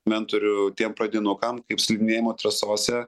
mentorių tiem pradinukam kaip slidinėjimo trasose